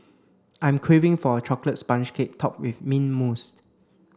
I'm craving for a chocolate sponge cake topped with mint mousse